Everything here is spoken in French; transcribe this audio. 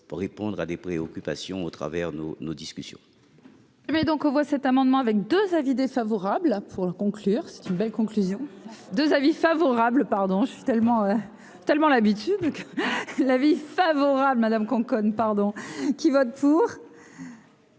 répondre à des préoccupations au travers nos, nos discussions.